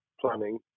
planning